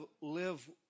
live